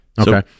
Okay